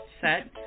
set